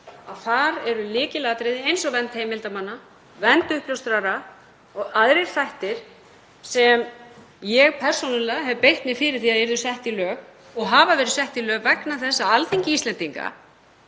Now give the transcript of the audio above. að þar eru atriði eins og vernd heimildarmanna, vernd uppljóstrara og aðrir þættir sem ég persónulega hef beitt mér fyrir að yrðu sett í lög og hafa verið sett í lög vegna þess að Alþingi Íslendinga,